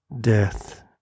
death